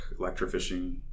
electrofishing